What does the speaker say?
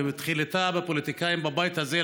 ותחילתה בפוליטיקאים בבית הזה,